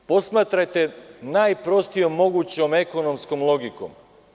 Posmatrajte najprostijom mogućom ekonomskom logikom.